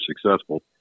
successful